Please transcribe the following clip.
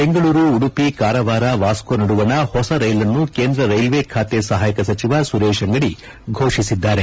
ಬೆಂಗಳೂರು ಉಡುಪಿ ಕಾರವಾರ ವಾಸ್ತೋ ನಡುವಣ ಹೊಸ ರೈಲನ್ನು ಕೇಂದ್ರ ರೈಲ್ವೆ ಬಾತೆ ಸಹಾಯಕ ಸಚಿವ ಸುರೇಶ್ ಅಂಗಡಿ ಫೋಷಿಸಿದ್ದಾರೆ